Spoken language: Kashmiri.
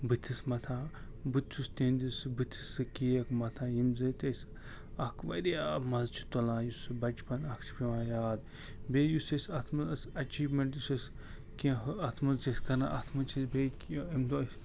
بٕتھِس متھان بہٕ تہِ چھُس تِہنٛدِس بٕتِتھس سُہ کیک متھان ییٚمہِ سۭتۍ أسۍ اکھ واریاہ مزٕ چھِ تُلان یُس سُہ بچپن اکھ چھُ پٮ۪وان یاد بییٚہِ یُس أسۍ اتھ منٛز ایچیومینٹٕس کینٛہہ اتھ منٛز چھِ أسۍ کران اتھ منٛز چھِ أسۍ بییٚہِ کہ امہِ دۄہ